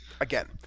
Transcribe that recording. again